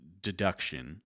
deduction